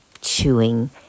chewing